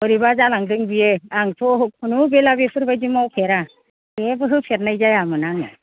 बोरैबा जालांदों बियो आंथ' खुनु बेला बेफोरबादि मावफेरा जेबो होफेरनाय जायामोन आङो